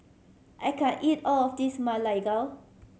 I can't eat all of this Ma Lai Gao